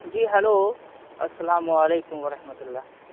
جی hello السلام علیکم ورحمتہ اللہ